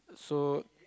so